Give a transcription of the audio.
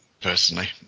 personally